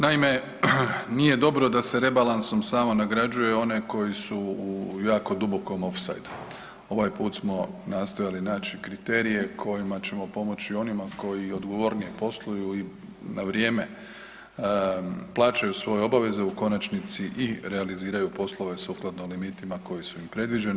Naime, nije dobro da se rebalansom samo nagrađuje one koji su u jako dubokom offsideu, ovaj put smo nastojali naći kriterije kojima ćemo pomoći onima koji odgovornije posluju i na vrijeme plaćaju svoje obaveze u konačnici i realiziraju poslove sukladno limitima koji su im predviđeni.